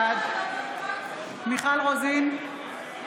בעד מיכל רוזין,